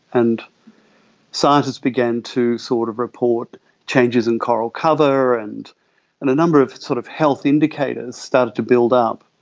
and scientists began to sort of report changes in coral colour, and and a number of sort of health indicators started to build up,